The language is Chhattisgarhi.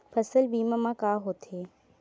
फसल बीमा का होथे?